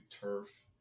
turf